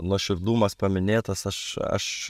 nuoširdumas paminėtas aš aš